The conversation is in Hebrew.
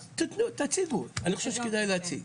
אז תתנו, תציגו, אני חושב שכדאי להציג.